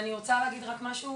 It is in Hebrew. אני רוצה להגיד רק משהו